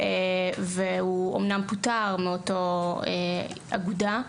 הוא אמנם פוטר מאותה אגודה,